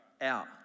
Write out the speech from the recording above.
Out